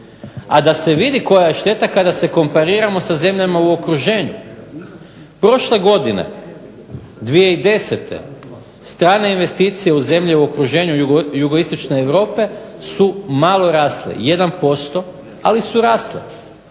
A da se vidi koja je šteta kada se kompariramo sa zemljama u okruženju. Prošle godine 2010. strane investicije u zemlji u okruženju jugoistočne Europe su malo rasle, 1% ali su rasle.